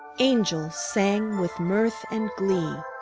angels sang with mirth and glee,